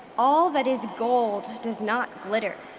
all that is gold does not glitter,